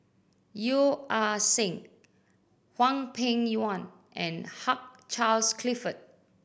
Yeo Ah Seng Hwang Peng Yuan and Hugh Charles Clifford